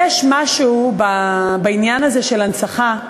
יש משהו בעניין הזה של הנצחה,